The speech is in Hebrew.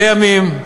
לימים,